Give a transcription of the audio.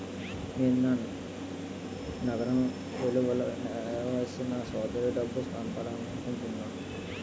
నేను నగరం వెలుపల నివసించే నా సోదరుడికి డబ్బు పంపాలనుకుంటున్నాను